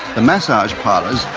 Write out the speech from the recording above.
the massage parlours,